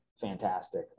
fantastic